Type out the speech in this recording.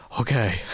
okay